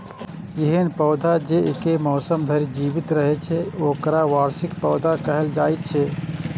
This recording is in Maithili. एहन पौधा जे एके मौसम धरि जीवित रहै छै, ओकरा वार्षिक पौधा कहल जाइ छै